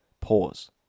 Pause